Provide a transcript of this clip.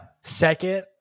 Second